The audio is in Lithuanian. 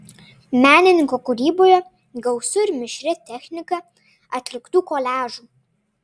menininko kūryboje gausu ir mišria technika atliktų koliažų